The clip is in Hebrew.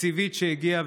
תקציבית שהגיעה,